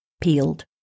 peeled